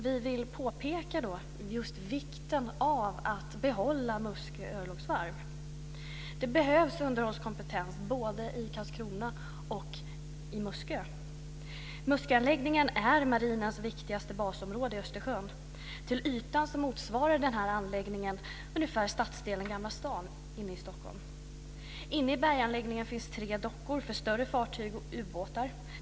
Vi vill påpeka just vikten av att behålla Muskö örlogsvarv. Det behövs underhållskompetens både i Karlskrona och på Muskö. Musköanläggningen är marinens viktigaste basområde i Östersjön. Till ytan motsvarar denna anläggning ungefär stadsdelen Gamla stan inne i Stockholm. Inne i berganläggningen finns det tre dockor för större fartyg och ubåtar.